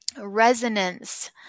resonance